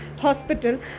hospital